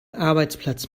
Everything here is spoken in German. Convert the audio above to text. arbeitsplatz